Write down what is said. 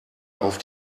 auf